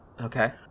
Okay